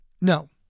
No